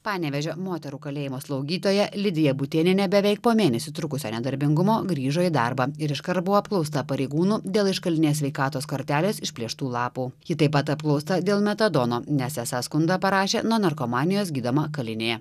panevėžio moterų kalėjimo slaugytoja lidija butėnienė beveik po mėnesį trukusio nedarbingumo grįžo į darbą ir iškart buvo apklausta pareigūnų dėl iškalinės sveikatos kortelės išplėštų lapų ji taip pat apklausta dėl metadono nes esą skundą parašė nuo narkomanijos gydama kalinė